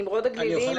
נמרוד הגלילי,